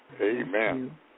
Amen